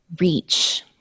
reach